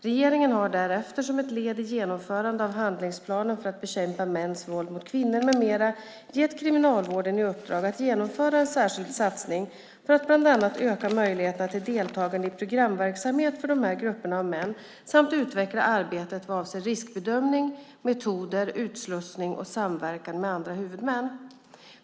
Regeringen har därefter, som ett led i genomförandet av handlingsplanen för att bekämpa mäns våld mot kvinnor med mera, gett Kriminalvården i uppdrag att genomföra en särskild satsning för att bland annat öka möjligheterna till deltagande i programverksamhet för dessa grupper av män samt utveckla arbetet vad avser riskbedömning, metoder, utslussning och samverkan med andra huvudmän.